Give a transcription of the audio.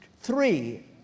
three